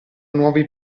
nuovi